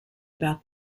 about